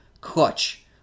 clutch